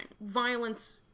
Violence